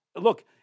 Look